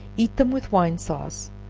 eat them with wine sauce,